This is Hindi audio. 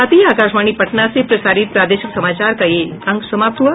इसके साथ ही आकाशवाणी पटना से प्रसारित प्रादेशिक समाचार का ये अंक समाप्त हुआ